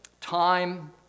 time